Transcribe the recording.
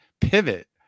pivot